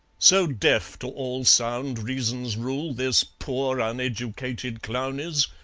so deaf to all sound reason's rule this poor uneducated clown is,